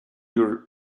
your